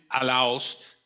allows